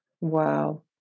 Wow